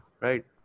right